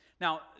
Now